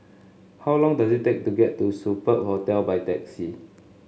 how long does it take to get to Superb Hostel by taxi